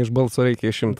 iš balso reikia išimt